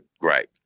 great